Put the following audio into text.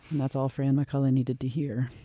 that's all fran mccullough needed to hear.